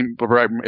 right